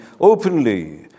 openly